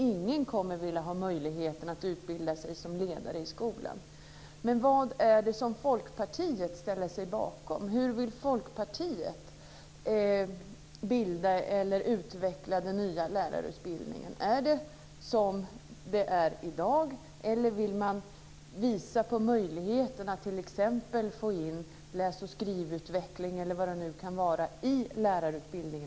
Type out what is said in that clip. Ingen kommer att vilja utbilda sig till ledare i skolan. Vad är det Folkpartiet ställer sig bakom? Hur vill Folkpartiet utveckla den nya lärarutbildningen? Ska det vara som det är i dag, eller vill man visa på möjligheterna att t.ex. få in också läs och skrivutveckling i lärarutbildningen?